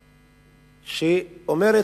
שאומרת: